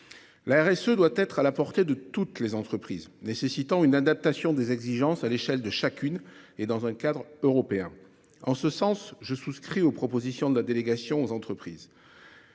La RSE doit être à la portée de toutes les entreprises nécessitant une adaptation des exigences à l'échelle de chacune et dans un cadre européen. En ce sens je souscrit aux propositions de la délégation aux entreprises.